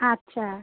আচ্ছা